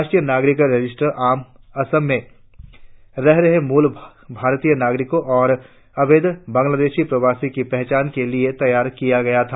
राष्ट्रीय नागरिकता रजिस्टर असम में रह रहे मूल भारतीय नागरिकों और अवैध बंगलादेशी प्रवासियों की पहचान के लिए तैयार किया गया था